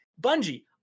Bungie